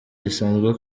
gisanzwe